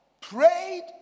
prayed